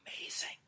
Amazing